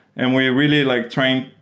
and we really like train